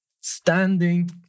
standing